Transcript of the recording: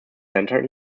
centre